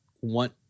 want